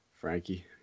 Frankie